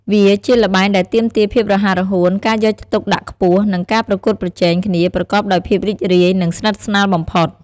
វាជាល្បែងដែលទាមទារភាពរហ័សរហួន ការយកចិត្តទុកដាក់ខ្ពស់ និងការប្រកួតប្រជែងគ្នាប្រកបដោយភាពរីករាយ និងស្និទ្ធស្នាលបំផុត។